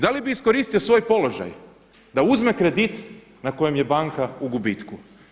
Da li bi iskoristio svoj položaj da uzme kredit na kojem je banka u gubitku?